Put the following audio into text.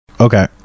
okay